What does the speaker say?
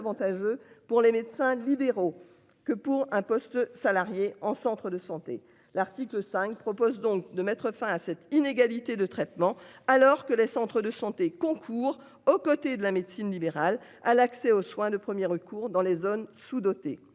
avantageux pour les médecins libéraux que pour un poste salarié en centre de santé. L'article 5 propose donc. De mettre fin à cette inégalité de traitement. Alors que les centres de santé concours aux côtés de la médecine libérale à l'accès aux soins de 1er recours dans les zones sous-dotées.